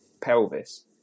pelvis